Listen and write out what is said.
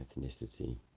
ethnicity